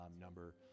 number